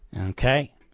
Okay